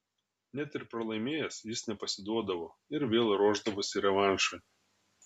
net ir pralaimėjęs jis nepasiduodavo ir vėl ruošdavosi revanšui